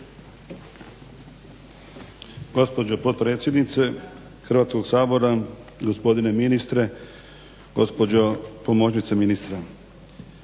Gospođo potpredsjednice Hrvatskog sabora, gospodine ministre, gospođo pomoćnice ministra.